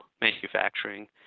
manufacturing